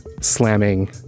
slamming